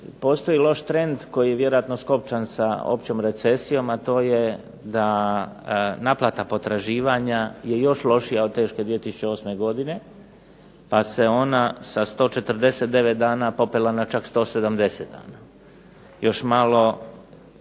postoji loš trend koji je vjerojatno skopčan sa općom recesijom, a to je da naplata potraživanja je još lošija od teške 2008. godine, pa se ona sa 149 dana popela na čak 180 dana, još malo